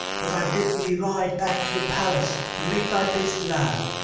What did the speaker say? but i bid thee ride back to the palace and make thy face glad,